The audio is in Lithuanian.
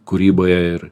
kūryboje ir